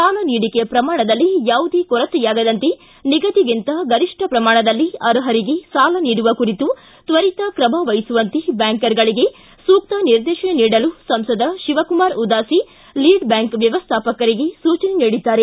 ಸಾಲ ನೀಡಿಕೆ ಪ್ರಮಾಣದಲ್ಲಿ ಯಾವುದೇ ಕೊರತೆಯಾಗದಂತೆ ನಿಗಧಿಗಿಂತ ಗರಿಷ್ಠ ಪ್ರಮಾಣದಲ್ಲಿ ಅರ್ಹರಿಗೆ ಸಾಲ ನೀಡುವ ಕುರಿತು ತ್ತರಿತ ಕ್ರಮವಹಿಸುವಂತೆ ಬ್ಯಾಂಕರ್ಗಳಿಗೆ ಸೂಕ್ತ ನಿರ್ದೇಶನ ನೀಡಲು ಸಂಸದ ಶಿವಕುಮಾರ ಉದಾಸಿ ಲೀಡ್ ಬ್ಲಾಂಕ್ ವ್ಲವಸ್ಟಾಪಕರಿಗೆ ಸೂಚನೆ ನೀಡಿದ್ದಾರೆ